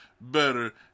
better